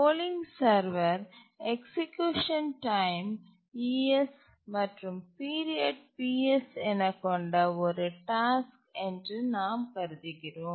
polling server execution time ம் es மற்றும் period Ps என கொண்ட ஒரு டாஸ்க் என்று நாம் கருதுகிறோம்